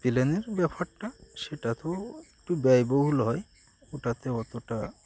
প্লেনের ব্যাপারটা সেটা তো একটু ব্যয়বহুল হয় ওটাতে অতটা